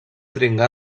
dringar